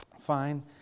fine